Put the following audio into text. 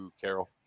Carol